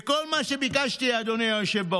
וכל מה שביקשתי, אדוני היושב-ראש,